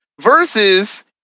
versus